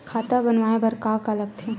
खाता बनवाय बर का का लगथे?